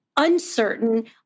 uncertain